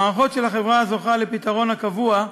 המערכות של החברה הזוכה לפתרון הקבוע,